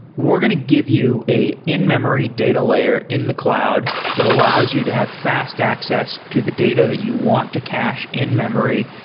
we're going to give you an in-memory data layer in the cloud that allows you to have fast access to the data that you want to cache in-memory,